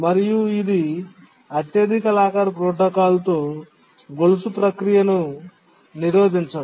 మరియు ఇది అత్యధిక లాకర్ ప్రోటోకాల్తో గొలుసు ప్రక్రియను నిరోధించదు